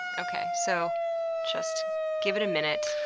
okay, so just give it a minute.